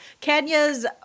Kenya's